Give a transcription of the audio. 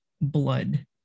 blood